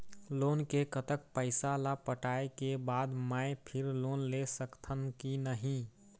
Loan के कतक पैसा ला पटाए के बाद मैं फिर लोन ले सकथन कि नहीं?